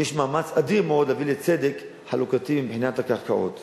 יש מאמץ אדיר מאוד להביא לצדק חלוקתי מבחינת הקרקעות.